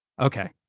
Okay